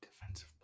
Defensive